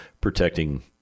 protecting